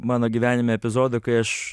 mano gyvenime epizodų kai aš